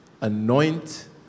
anoint